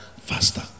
faster